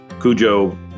Cujo